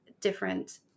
different